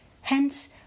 Hence